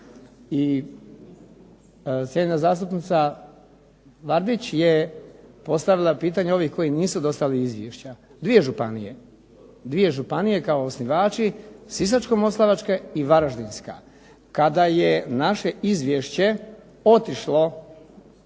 I cijenjena zastupnica Vardić je postavila pitanje ovih koji nisu dostavili izvješća. 2 županije, kao osnivači. Sisačko-moslavačka i Varaždinska. Kada je naše izvješće otišlo